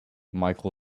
michel